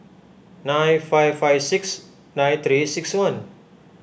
nine five five six nine three six one